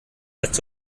als